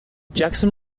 jackson